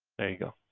there you go.